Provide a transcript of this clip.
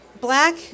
black